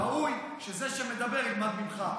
ראוי שזה שמדבר ילמד ממך.